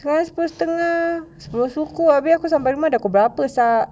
sepuluh setengah sepuluh suku habis aku sampai rumah dah pukul berapa sia